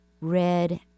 red